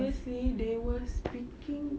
obviously they were speaking